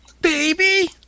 baby